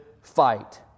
fight